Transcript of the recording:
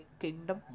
kingdom